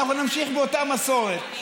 ואנחנו נמשיך באותה מסורת.